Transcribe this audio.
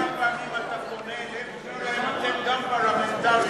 כמה פעמים אתה פונה אליהם ואומר: אתם גם פרלמנטרים,